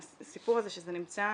הסיפור הזה שזה נמצא